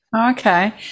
Okay